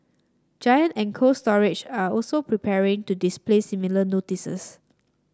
Giant and Cold Storage are also preparing to display similar notices